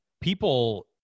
people